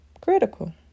critical